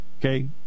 Okay